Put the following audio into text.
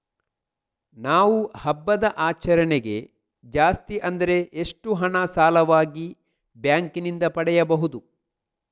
ನಾವು ಹಬ್ಬದ ಆಚರಣೆಗೆ ಜಾಸ್ತಿ ಅಂದ್ರೆ ಎಷ್ಟು ಹಣ ಸಾಲವಾಗಿ ಬ್ಯಾಂಕ್ ನಿಂದ ಪಡೆಯಬಹುದು?